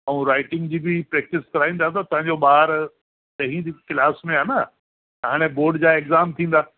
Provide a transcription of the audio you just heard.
ऐं राइटिंग जी बि प्रैक्टिस कराईंदा त तव्हांजो ॿार ॾही क्लास में आहे न त हाणे बोर्ड जा एग्ज़ाम थींदा